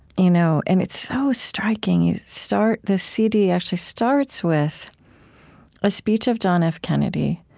you know and it's so striking. you start the cd actually starts with a speech of john f. kennedy,